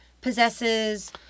possesses